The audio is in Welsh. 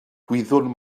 gwyddwn